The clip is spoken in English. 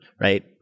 right